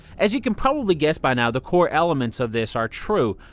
as you can probably guess by now, the core elements of this are true.